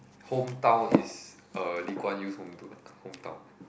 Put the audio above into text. hometown is uh Lee Kuan Yew's home hometown